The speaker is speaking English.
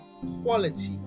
quality